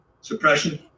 suppression